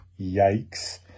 Yikes